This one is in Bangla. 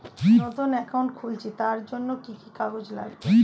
নতুন অ্যাকাউন্ট খুলছি তার জন্য কি কি কাগজ লাগবে?